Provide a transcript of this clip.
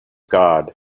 god